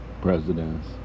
presidents